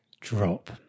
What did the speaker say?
drop